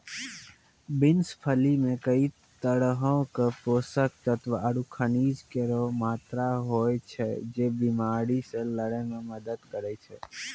beans फली मे कई तरहो क पोषक तत्व आरु खनिज केरो मात्रा होय छै, जे बीमारी से लड़ै म मदद करै छै